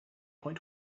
point